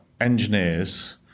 engineers